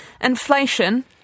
Inflation